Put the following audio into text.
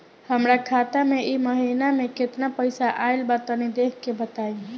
हमरा खाता मे इ महीना मे केतना पईसा आइल ब तनि देखऽ क बताईं?